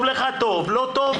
טוב לך טוב, לא טוב